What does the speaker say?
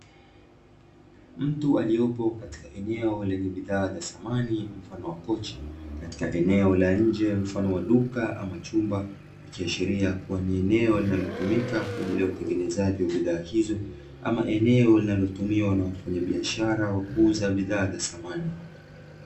Mtu aliyopo katika eneo lenye bidhaa za samani mfano wa kochi, katika eneo la njee mfano wa duka ama chumba, ikiashiria kuwa nieneo linalo tumika kwa ajili ya utengenezaji wa bidhaa hizo, ama eneo linalo tumiwa na wafanyabiashara wa kuuza bidhaa za samani.